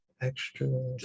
extra